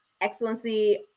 excellency